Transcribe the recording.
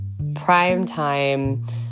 primetime